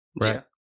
Right